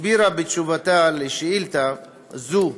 הסבירה בתשובתה על שאילתה זו,